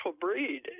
breed